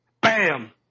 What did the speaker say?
bam